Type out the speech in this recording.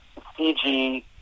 CG